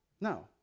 No